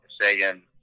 Sagan